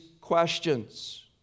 questions